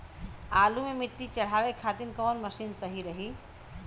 आलू मे मिट्टी चढ़ावे खातिन कवन मशीन सही रही?